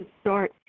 start